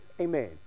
Amen